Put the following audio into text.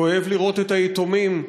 כואב לראות את היתומים,